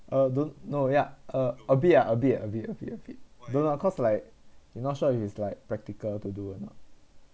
uh don't know ya uh a bit ah a bit a bit a bit a bit don't know lah cause like you not sure if it's like practical to do or not